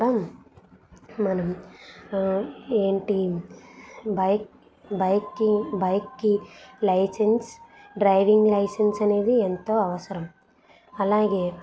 approximate ten fifteen మినిట్స్లో చేసిస్తారు మళ్ళీ అక్కడ ఏమన్నా లేట్ అయిందా లేకుంటే మీరు అచ్చే దారిలో ఏమన్నా లేట్ అయిందా ఒకసారి నాకు ఇన్ఫర్మేషన్ కూడా ఖచ్చితంగా నాకు తెలవాలండి అది దాని గురించి నేను ఇంకేమన్నా క్వయిరీస్ రెయిజ్ చేయమన్నా క్వయిరీస్ కూడా రెయిజ్ చేస్తా